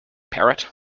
parrot